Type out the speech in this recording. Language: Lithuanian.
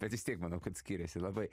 bet vis tiek manau kad skiriasi labai